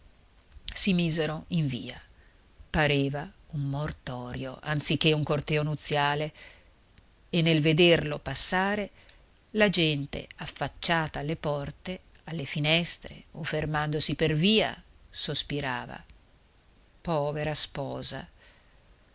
si misero in via pareva un mortorio anziché un corteo nuziale e nel vederlo passare la gente affacciata alle porte alle finestre o fermandosi per via sospirava povera sposa